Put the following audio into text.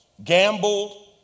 Gambled